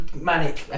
manic